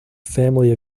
family